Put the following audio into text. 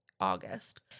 August